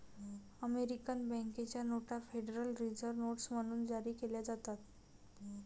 American बँकेच्या नोटा federal reserve notes म्हणून जारी केल्या जातात